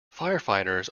firefighters